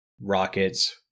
rockets